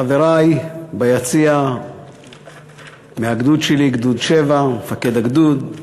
חברי ביציע מהגדוד שלי, גדוד 7, מפקד הגדוד,